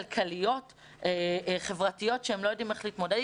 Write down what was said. כלכליות וחברתיות והם לא יודעים איך להתמודד